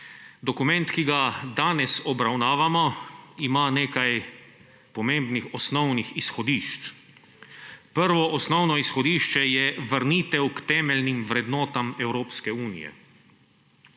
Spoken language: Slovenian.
Dokument, ki ga danes obravnavamo, ima nekaj pomembnih osnovnih izhodišč. Prvo osnovno izhodišče je vrnitev k temeljnim vrednotam Evropske unije